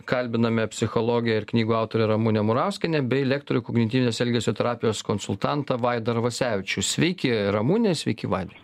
kalbiname psichologę ir knygų autorę ramunę murauskienę bei lektorių kognityvinės elgesio terapijos konsultantą vaidą arvasevičių sveiki ramune sveiki vaidai